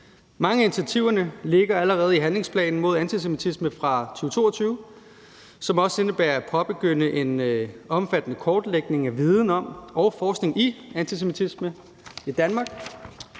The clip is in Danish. Mange af initiativerne ligger allerede i handlingsplanen mod antisemitisme fra 2022, som også indebærer, at der skal påbegyndes en omfattende kortlægning af viden om og forskning i antisemitisme i Danmark.